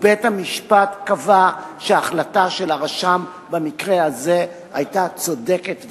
ובית-המשפט קבע שההחלטה של הרשם במקרה הזה היתה צודקת ועניינית.